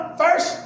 first